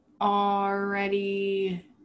already